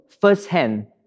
firsthand